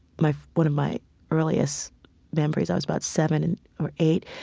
my, one of my earliest memories, i was about seven and or eight.